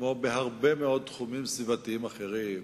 כמו בהרבה מאוד תחומים סביבתיים אחרים,